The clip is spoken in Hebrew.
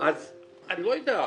אז אני לא יודע,